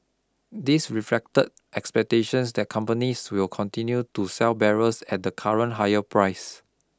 this reflected expectations that companies will continue to sell barrels at the current higher price